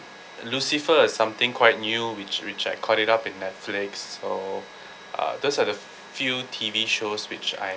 lucifer is something quite new which which I caught it up in Netflix so uh those are the few T_V shows which I